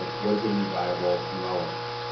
ah what is gonna be valuable and relevant?